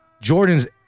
jordan's